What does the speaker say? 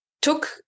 took